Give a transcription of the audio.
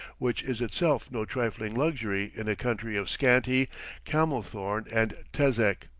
which is itself no trifling luxury in a country of scanty camel-thorn and tezek.